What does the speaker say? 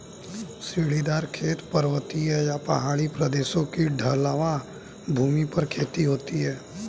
सीढ़ीदार खेत, पर्वतीय या पहाड़ी प्रदेशों की ढलवां भूमि पर खेती होती है